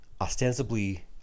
ostensibly